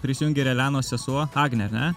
prisijungė ir elenos sesuo agnė ar ne